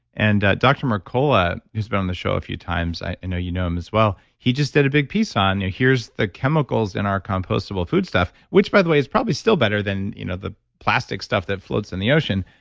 and dr. mercola who's been on the show a few times, i know you know him as well. he just did a big piece on yeah here's the chemicals in our compostable food stuff, which by the way is probably still better than you know the plastic stuff that floats in the ocean,